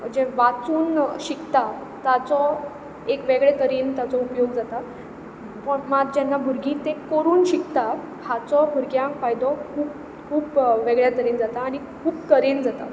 जें वाचून शिकतात ताचो एक वेगळे तरेन ताचो उपयोग जाता पूण मात भुरगीं जेन्ना तें करून शिकतात हाचो भुरग्यांक फायदो खूब खूब वेगळ्या तरेन जाता आनी खूब तरेन जाता